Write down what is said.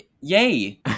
yay